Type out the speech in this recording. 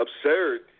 Absurd